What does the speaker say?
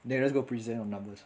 then you just go present your numbers